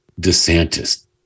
DeSantis